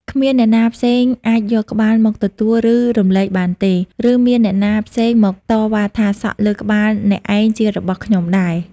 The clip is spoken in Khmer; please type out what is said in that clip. គ្មានអ្នកណាផ្សេងអាចយកក្បាលមកទទួល ឬរំលែកបានទេ ឬមានអ្នកណាផ្សេងមកតវ៉ាថា សក់លើក្បាលអ្នកឯងជារបស់ខ្ញុំដែរ ។